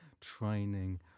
training